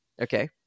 Okay